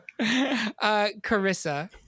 Carissa